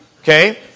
Okay